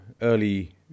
early